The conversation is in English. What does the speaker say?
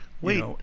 Wait